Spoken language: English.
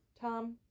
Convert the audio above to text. Tom